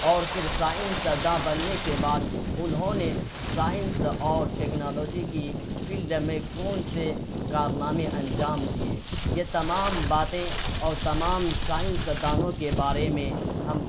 اور پھر سائنس داں بننے کے بعد انہوں نے سائنس اور ٹیکنالوجی کی فلیڈ میں کون سے کارنامے انجام دیے یہ تمام باتیں اور تمام سائنس دانوں کے بارے میں ہم